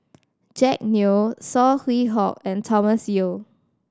Jack Neo Saw Swee Hock and Thomas Yeo